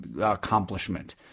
accomplishment